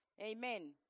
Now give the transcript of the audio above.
amen